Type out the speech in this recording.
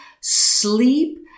sleep